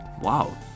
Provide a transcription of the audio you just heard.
Wow